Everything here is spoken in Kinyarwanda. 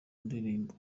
ndirimbo